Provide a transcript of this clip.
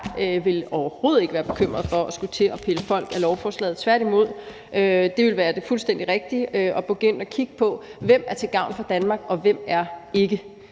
vil overhovedet ikke være bekymret for at skulle til at pille folk af lovforslaget, tværtimod. Det ville være det fuldstændig rigtige at gå ind og kigge på, hvem der er til gavn for Danmark, og hvem der ikke